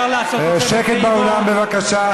איציק שמולי מבקש להגיב.